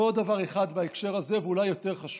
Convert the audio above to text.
ועוד דבר אחד בהקשר הזה, ואולי יותר חשוב,